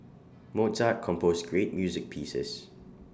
Mozart composed great music pieces